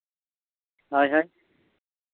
ᱦᱳᱭ ᱦᱳᱭ